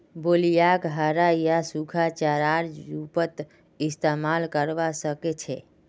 लोबियाक हरा या सूखा चारार रूपत इस्तमाल करवा सके छे